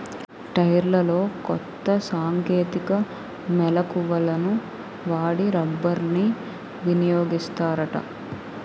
టైర్లలో కొత్త సాంకేతిక మెలకువలను వాడి రబ్బర్ని వినియోగిస్తారట